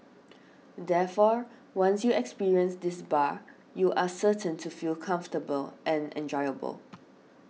therefore once you experience this bar you are certain to feel comfortable and enjoyable